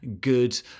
good